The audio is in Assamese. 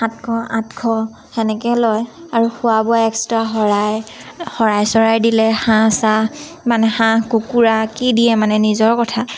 সাতশ আঠশ তেনেকৈ লয় আৰু খোৱা বোৱা এক্সট্ৰা শৰাই শৰাই চৰাই দিলে হাঁহ চাহ মানে হাঁহ কুকুৰা কি দিয়ে মানে নিজৰ কথা